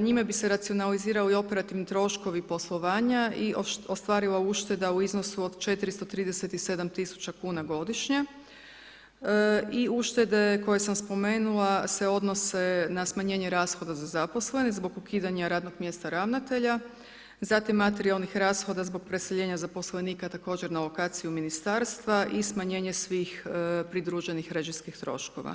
njime bi se racionaliziralo i operativni troškovi poslovanja i ostvarila ušteda u iznosu od 437.000,00 kn godišnje i uštede koje sam spomenula se odnose na smanjenje rashoda za zaposlene, zbog ukidanja radnog mjesta ravnatelja, zatim materijalnih rashoda zbog preseljenja zaposlenika, također na lokaciju ministarstva i smanjenje svih pridruženih režijskih troškova.